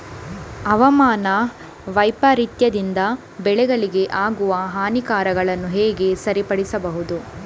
ಹವಾಮಾನ ವೈಪರೀತ್ಯದಿಂದ ಬೆಳೆಗಳಿಗೆ ಆಗುವ ಹಾನಿಗಳನ್ನು ಹೇಗೆ ಸರಿಪಡಿಸಬಹುದು?